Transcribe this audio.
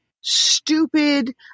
stupid